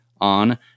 on